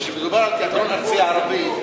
כשמדובר על תיאטרון ארצי ערבי,